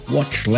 Watch